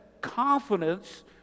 confidence